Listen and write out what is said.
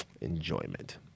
enjoyment